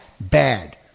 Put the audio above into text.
bad